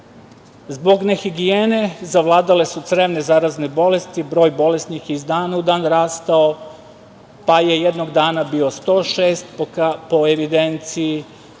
Zbog nehigijene zavladale su crevne zarazne bolesti, broj bolesnih je iz dana u dan rastao, pa je jednog dana bio 106 po evidenciji.